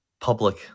public